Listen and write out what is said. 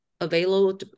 available